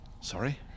Sorry